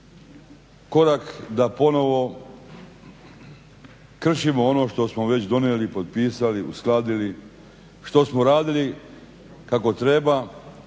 korak da ponovno kršimo ono što smo već donijeli, potpisali, uskladili, što smo radili kako treba